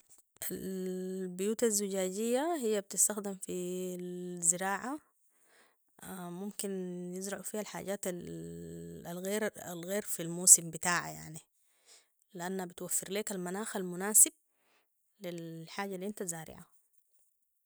البيوت الزجاجية هي بتستخدم في الزراعة ممكن يزرعوا فيها الحاجات الغير الغير في الموسم بتاعها يعني لانها بتوفر ليك المناخ المناسب للحاجة الانت زارعا